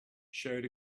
showed